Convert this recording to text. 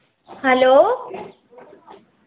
hello